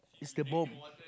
it's the bomb